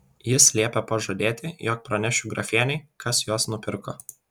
jis liepė pažadėti jog pranešiu grafienei kas juos nupirko